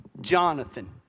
Jonathan